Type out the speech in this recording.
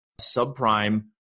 subprime